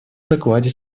докладе